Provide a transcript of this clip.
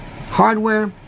Hardware